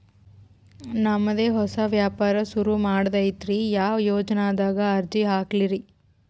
ನಮ್ ದೆ ಹೊಸಾ ವ್ಯಾಪಾರ ಸುರು ಮಾಡದೈತ್ರಿ, ಯಾ ಯೊಜನಾದಾಗ ಅರ್ಜಿ ಹಾಕ್ಲಿ ರಿ?